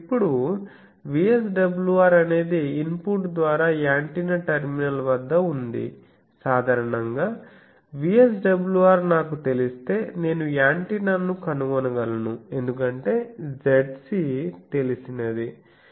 ఇప్పుడు VSWR అనేది input ద్వారా యాంటెన్నా టెర్మినల్ వద్ద ఉంది సాధారణంగా VSWR నాకు తెలిస్తే నేను యాంటెన్నాను కనుగొనగలను ఎందుకంటే Zc తెలిసినది